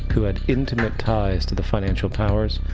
who had intimate ties to the financial powers,